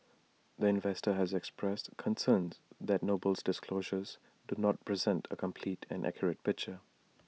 the investor has expressed concerns that Noble's disclosures do not present A complete and accurate picture